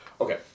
Okay